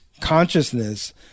consciousness